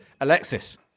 Alexis